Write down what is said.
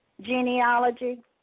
genealogy